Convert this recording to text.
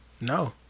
No